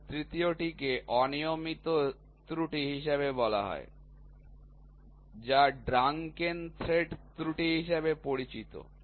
এবং তৃতীয়টিকে অনিয়মিত ত্রুটি হিসাবে বলা হয় যা ড্রাংকেন থ্রেড ত্রুটি হিসাবে পরিচিত